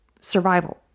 survival